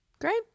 Great